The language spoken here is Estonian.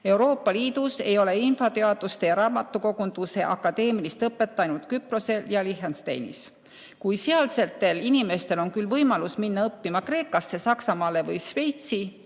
Euroopa Liidus ei ole infoteaduse ja raamatukogunduse akadeemilist õpet ainult Küprosel ja Liechtensteinis. Kui sealsetel inimestel on võimalus minna õppima Kreekasse, Saksamaale või Šveitsi,